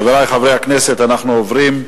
חברי חברי הכנסת, אנחנו עוברים,